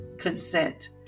consent